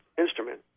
instrument